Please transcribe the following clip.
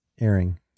airing